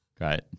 Great